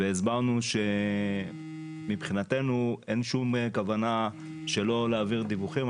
והסברנו שמבחינתנו אין שום כוונה שלא להעביר דיווחים.